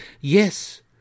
Yes